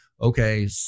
Okay